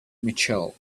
mitchell